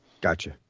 Gotcha